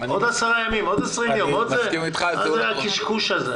עוד 10 ימים, עוד 20 יום, מה זה הקשקוש הזה?